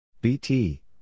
BT